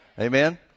Amen